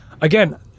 again